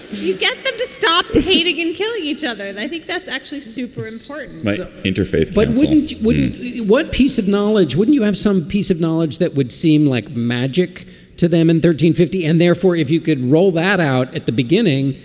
you get them to stop hating and kill each other. and i think that's actually super important my interfaith. but wouldn't wouldn't you what piece of knowledge wouldn't you have? some piece of knowledge that would seem like magic to them in thirteen, fifty? and therefore, if you could roll that out at the beginning,